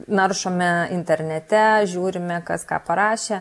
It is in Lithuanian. naršome internete žiūrime kas ką parašė